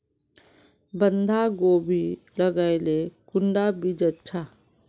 बंधाकोबी लगाले कुंडा बीज अच्छा?